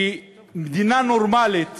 שמדינה נורמלית